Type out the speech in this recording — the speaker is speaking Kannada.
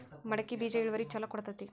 ಮಡಕಿ ಬೇಜ ಇಳುವರಿ ಛಲೋ ಕೊಡ್ತೆತಿ?